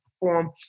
perform